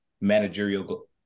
managerial